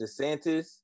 DeSantis